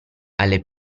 alle